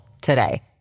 today